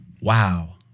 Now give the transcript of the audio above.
wow